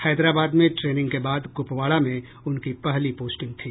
हैदराबाद में ट्रेनिंग के बाद कुपवाड़ा में उनकी पहली पोस्टिंग थी